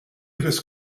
this